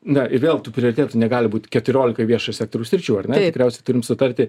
na ir vėl tų prioritetų negali būt keturiolika viešojo sektoriaus sričių ar ne tikriausiai turim sutarti